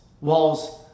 walls